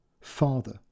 ...father